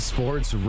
Sports